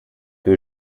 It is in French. que